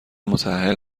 متاهل